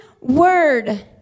word